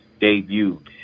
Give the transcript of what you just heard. debuted